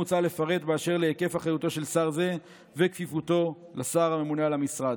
מוצע לפרט באשר להיקף אחריותו של שר זה וכפיפותו לשר הממונה על המשרד.